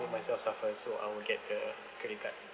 make myself suffer so I will get the credit card